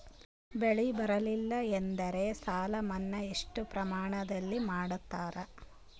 ಬೆಳಿ ಬರಲ್ಲಿ ಎಂದರ ಸಾಲ ಮನ್ನಾ ಎಷ್ಟು ಪ್ರಮಾಣದಲ್ಲಿ ಮಾಡತಾರ?